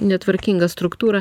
netvarkinga struktūra